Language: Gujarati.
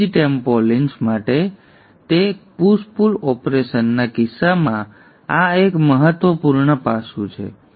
બ્રિજ ટ્રેમ્પોલિન્સ માટે તે પુશ પુલ ઓપરેશનના કિસ્સામાં આ એક મહત્વપૂર્ણ પાસું છે